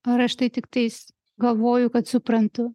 ar aš tai tiktais galvoju kad suprantu